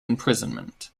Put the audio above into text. imprisonment